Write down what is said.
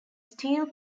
steel